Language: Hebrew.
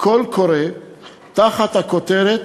קול קורא תחת הכותרת: